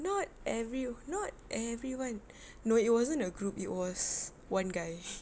not every not everyone no it wasn't a group it was one guy